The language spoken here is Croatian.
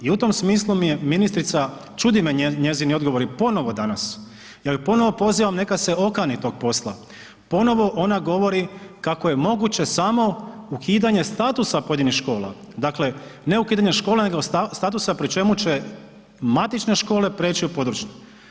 I u tom smislu mi je ministrica, čude me njezini odgovori ponovo danas, ja ju ponovo pozivam neka se okani tog posla, ponovo ona govori kako je moguće samo ukidanje statusa pojedinih škola, dakle ne ukidanje škola nego statusa pri čemu će matične škole preći u područne.